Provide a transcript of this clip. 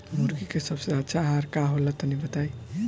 मुर्गी के सबसे अच्छा आहार का होला तनी बताई?